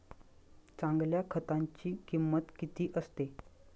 चांगल्या खताची किंमत किती असते?